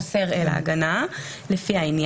"(א1)על אף האמור בסעיף קטן (א),